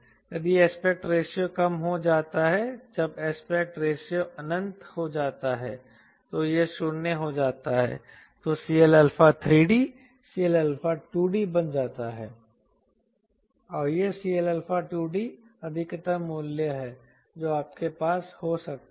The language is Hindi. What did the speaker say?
यदि एस्पेक्ट रेशियो कम हो जाता है जब एस्पेक्ट रेशियो अनंत हो जाता है तो यह 0 हो जाता है तो CLα3d CLα2d बन जाता है और CLα2dअधिकतम मूल्य है जो आपके पास हो सकता है